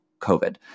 COVID